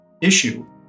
issue